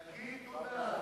תגיד תודה,